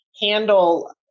handle